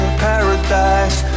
paradise